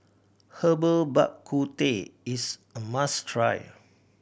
Herbal Bak Ku Teh is a must try